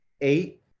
eight